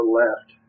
left